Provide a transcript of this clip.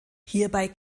hierbei